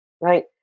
right